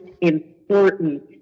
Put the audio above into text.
important